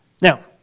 Now